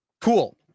cool